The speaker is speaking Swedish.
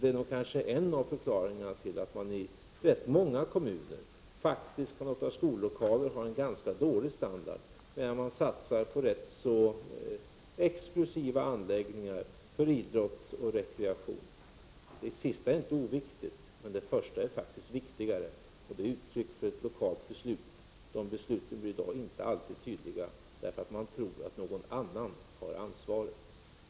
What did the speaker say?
Detta är kanske en av förklaringarna till att man i rätt många kommuner kan låta skollokalerna ha en ganska dålig standard, medan man satsar på rätt så exklusiva anläggningar för idrott och rekreation. Det sistnämnda är inte oviktigt, men det förstnämnda är viktigare. Detta är ett exempel på ett lokalt beslut. De besluten blir i dag inte alltid tydliga, eftersom man tror att någon annan har ansvaret.